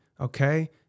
okay